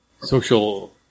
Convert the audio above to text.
social